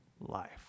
life